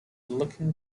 looking